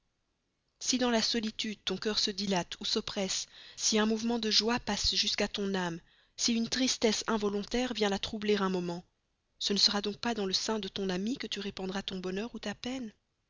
si dans la solitude ton cœur se dilate ou s'oppresse si un mouvement de joie passe jusqu'à ton âme si une tristesse involontaire vient la troubler un moment ce ne sera donc pas dans le sein de ton ami que tu répandras ton bonheur ou ta peine